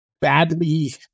badly